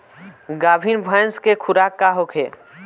गाभिन भैंस के खुराक का होखे?